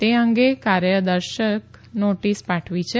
તે અંગે કારણદર્શક નોતિસ પાઠવી છે